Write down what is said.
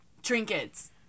Trinkets